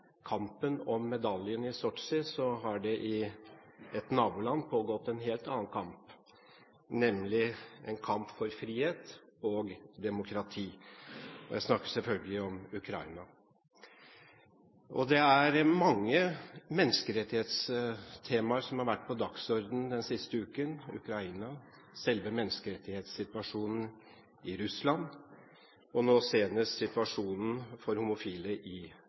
demokrati – jeg snakker selvfølgelig om Ukraina. Det er mange menneskerettighetstemaer som har vært på dagsordenen den siste uken – Ukraina, selve menneskerettighetssituasjonen i Russland og nå senest situasjonen for homofile i